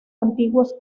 antiguos